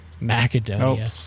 Macedonia